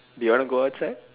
do you want to go outside